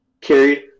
carried